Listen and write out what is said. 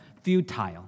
futile